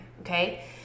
okay